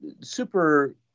super